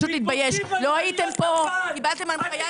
לא הייתם פה, קיבלתם הנחיה.